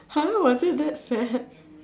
!huh! was it that sad